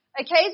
Okay